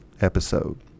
episode